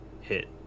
hit